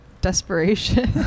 Desperation